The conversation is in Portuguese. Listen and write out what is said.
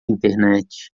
internet